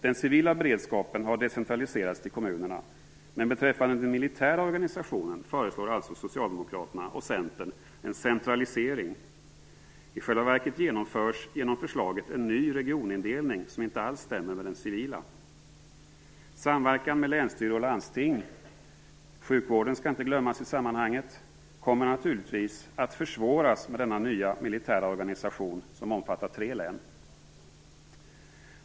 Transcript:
Den civila beredskapen har decentraliserats till kommunerna, men beträffande den militära organisationen föreslår alltså Socialdemokraterna och Centern en centralisering. I själva verket genomförs genom förslaget en ny regionindelning, som inte alls stämmer med den civila. Samverkan med länsstyrelse och landsting - sjukvården skall inte glömmas i sammanhanget - kommer naturligtvis att försvåras med denna nya militära organisation, som omfattar tre län.